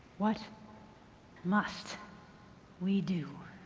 what must we do?